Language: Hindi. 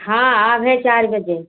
हाँ आव्हे चार बजे